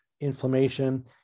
inflammation